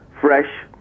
fresh